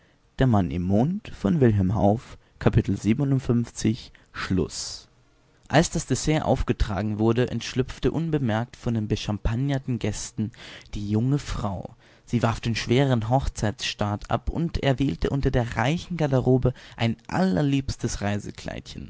als das dessert aufgetragen wurde entschlüpfte unbemerkt von den bechampagnerten gästen die junge frau sie warf den schweren hochzeitstaat ab und erwählte unter der reichen garderobe ein allerliebstes